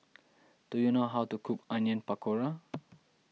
do you know how to cook Onion Pakora